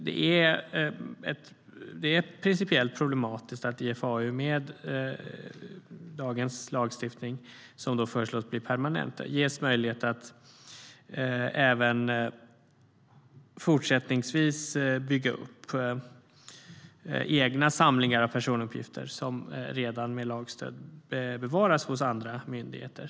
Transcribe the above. Det är principiellt problematiskt att IFAU med dagens lagstiftning, som föreslås bli permanent, ges möjlighet att även fortsättningsvis bygga upp egna samlingar av personuppgifter som redan med lagstöd bevaras hos andra myndigheter.